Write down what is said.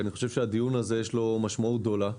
אני חושב שהדיון הזה, יש לו משמעות גדולה.